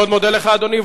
אני מאוד מודה לך, אדוני.